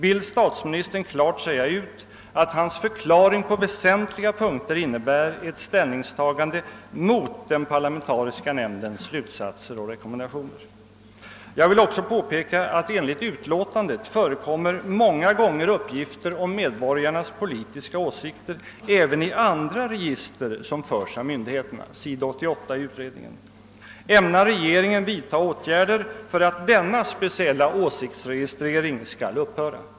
Vill statsministern klart säga ut att hans förklaring på väsentliga punkter innebär ett ställningstagande mot den parlamentariska nämndens slutsatser och rekommendationer? Jag vill också påpeka, att enligt utlåtandet förekommer många gånger uppgifter om medborgarnas politiska åsikter även i andra register som förs av myndigheterna . Ämnar regeringen vidtaga åtgärder för att denna speciella åsiktsregistrering skall upphöra?